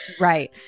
right